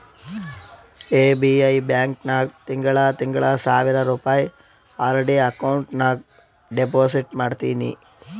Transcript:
SBI bank ನಾಗ್ ತಿಂಗಳಾ ತಿಂಗಳಾ ಸಾವಿರ್ ರುಪಾಯಿ ಆರ್.ಡಿ ಅಕೌಂಟ್ ನಾಗ್ ಡೆಪೋಸಿಟ್ ಮಾಡ್ತೀನಿ